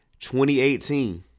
2018